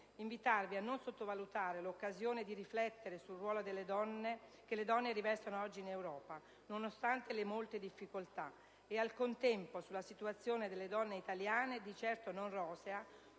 invitarvi a non sottovalutare l'occasione di riflettere sul ruolo che le donne rivestono oggi in Europa, nonostante le molte difficoltà, e al contempo sulla situazione delle donne italiane, di certo non rosea,